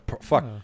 Fuck